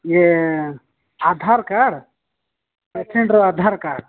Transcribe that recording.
ଇଏ ଆଧାର କାର୍ଡ୍ ପେସେଣ୍ଟ୍ର ଆଧାର କାର୍ଡ୍